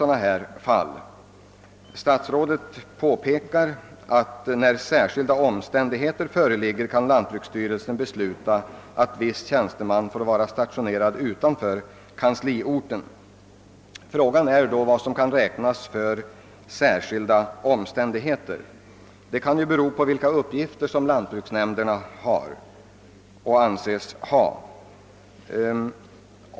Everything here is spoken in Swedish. Det heter i statsrådets svar bl a.: »När särskilda omständigheter föreligger kan lantbruksstyrelsen besluta att viss tjänsteman får vara stationerad utanför kansliorten.» Frågan är då vad som kan räknas som särskilda omständigheter; det kan ju bero på vilka uppgifter lantbruksnämnderna skall anses ha.